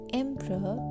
emperor